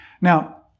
Now